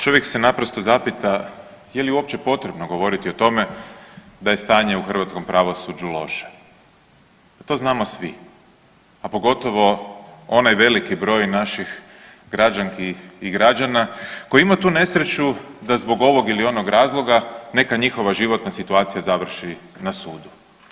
Čovjek se naprosto zapita je li uopće potrebno govoriti o tome da je stanje u hrvatskom pravosuđu loše, to znamo svi, a pogotovo onaj veliki broj naših građanki i građana koji je imao tu nesreću da zbog ovog ili onog razloga neka njihova životna situacija završi na sudu.